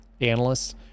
analysts